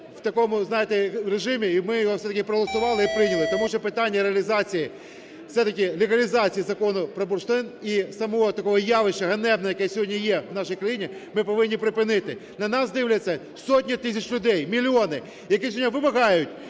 знаєте, режимі і ми його все-таки проголосували і прийняли. Тому що питання реалізації… легалізації закону про бурштин і самого такого явища, ганебне, яке сьогодні є в нашій країні, ми повинні припинити. На нас дивляться сотні тисяч людей, мільйони, які сьогодні